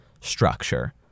structure